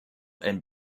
and